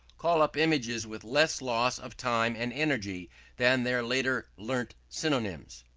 call up images with less loss of time and energy than their later learnt synonyms.